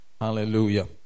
Hallelujah